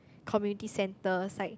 community centres like